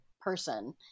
person